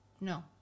No